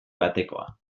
batekoa